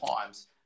times